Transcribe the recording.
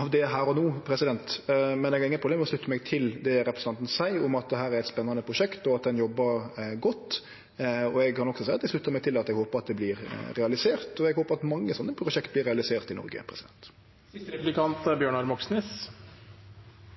av det her og no, men eg har ingen problem med å slutte meg til det representanten seier om at dette er eit spennande prosjekt, og at ein jobbar godt. Eg kan også seie at eg sluttar meg til at eg håpar at det vert realisert, og eg håpar at mange sånne prosjekt vert realiserte i Noreg.